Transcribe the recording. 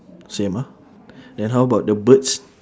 same ah then how about the birds